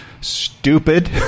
stupid